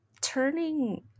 Turning